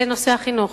זה בנושא החינוך.